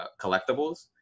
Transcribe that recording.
collectibles